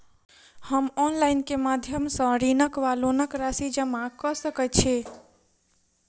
हम ऑनलाइन केँ माध्यम सँ ऋणक वा लोनक राशि जमा कऽ सकैत छी?